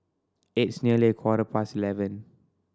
its nearly a quarter past eleven